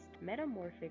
metamorphic